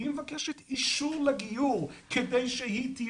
והיא מבקשת אישור לגיור כדי שהיא תהיה